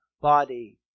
body